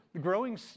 growing